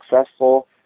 successful